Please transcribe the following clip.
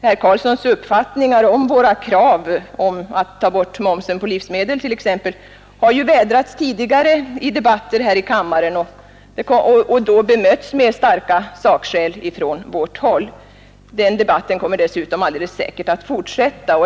Herr Karlssons uppfattningar om vårt krav på att ta bort momsen på livsmedel har vädrats tidigare i debatter här i kammaren och då bemötts med starka sakskäl från vårt håll. Den debatten kommer alldeles säkert att fortsätta.